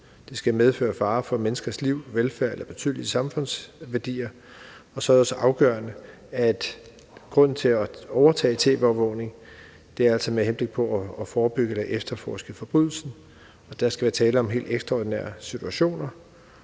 der skal medføre fare for menneskers liv, velfærd eller betydelige samfundsværdier, og så er det også afgørende, at grunden til at overtage tv-overvågning altså er at forebygge eller efterforske forbrydelsen, og der skal være tale om helt ekstraordinære situationer,